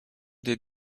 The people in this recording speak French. des